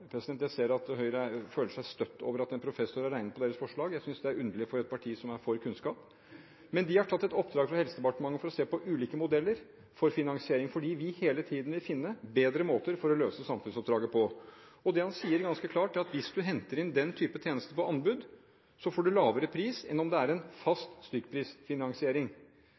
Jeg ser at Høyre føler seg støtt over at en professor har regnet på deres forslag. Jeg synes det er underlig for et parti som er for kunnskap. Men han har tatt et oppdrag fra Helsedepartementet for å se på ulike modeller for finansiering, fordi vi hele tiden vil finne bedre måter å løse samfunnsoppdraget på. Det han sier ganske klart, er at hvis du henter inn den type tjeneste på anbud, får du lavere pris enn om det er en fast stykkprisfinansiering.